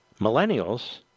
millennials